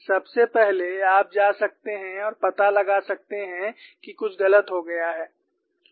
सबसे पहले आप जा सकते हैं और पता लगा सकते हैं कि कुछ गलत हो गया है